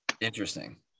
Interesting